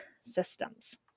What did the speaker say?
systems